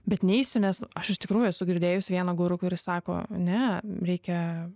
bet neisiu nes aš iš tikrųjų esu girdėjus vieną guru kuris sako ne reikia